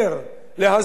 להסדרה.